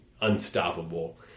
unstoppable